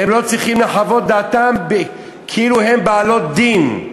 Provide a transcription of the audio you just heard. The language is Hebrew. הן לא צריכות לחוות דעתן כאילו הן בעלות דין.